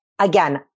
Again